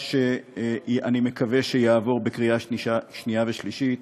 שאני מקווה שיעבור בקריאה שנייה ושלישית,